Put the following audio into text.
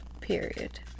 period